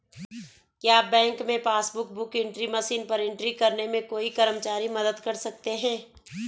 क्या बैंक में passbook book entry machine पर एंट्री करने में कोई कर्मचारी मदद कर सकते हैं?